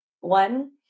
One